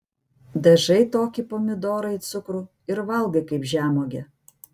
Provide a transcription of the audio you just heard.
dažai tokį pomidorą į cukrų ir valgai kaip žemuogę